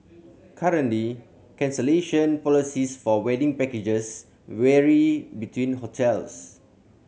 currently cancellation policies for wedding packages vary between hotels